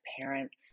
parents